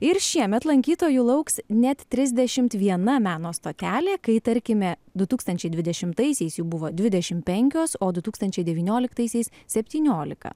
ir šiemet lankytojų lauks net trisdešimt viena meno stotelė kai tarkime du tūkstančiai dvidešimtaisiais jų buvo dvidešim penkios o du tūkstančiai devynioliktaisiais septyniolika